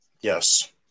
Yes